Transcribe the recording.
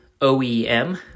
OEM